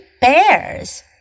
Bears